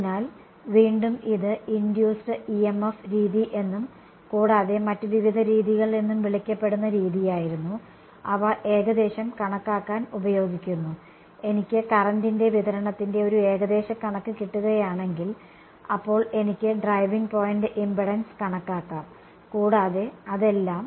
അതിനാൽ വീണ്ടും ഇത് ഇൻഡുസ്ഡ് EMF രീതി എന്നും കൂടാതെ മറ്റ് വിവിധ രീതികൾ എന്നും വിളിക്കപ്പെടുന്ന രീതിയായിരുന്നു അവ ഏകദേശം കണക്കാക്കാൻ ഉപയോഗിക്കുന്നു എനിക്ക് കറന്റിന്റെ വിതരണത്തിന്റെ ഒരു ഏകദേശ കണക്ക് കിട്ടുകയാണെങ്കിൽ അപ്പോൾ എനിക്ക് ഡ്രൈവിംഗ് പോയിന്റ് ഇമ്പേഡെൻസ് കണക്കാക്കാം കൂടാതെ അതെല്ലാം